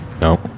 No